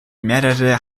mehrere